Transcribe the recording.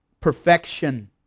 perfection